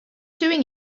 doing